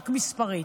רק מספרית.